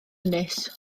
ynys